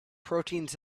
proteins